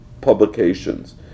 publications